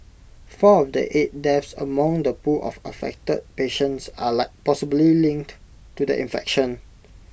four of the eight deaths among the pool of affected patients are like possibly linked to the infection